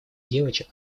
девочек